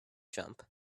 jump